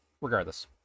Regardless